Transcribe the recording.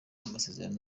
amasezerano